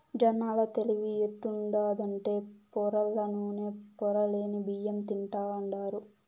జనాల తెలివి ఎట్టుండాదంటే పొరల్ల నూనె, పొరలేని బియ్యం తింటాండారు